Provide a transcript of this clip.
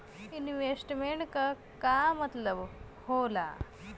Investment क का मतलब हो ला?